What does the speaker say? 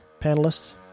panelists